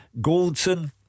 Goldson